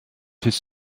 his